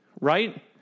Right